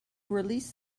release